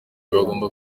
bagomba